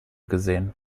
gesehen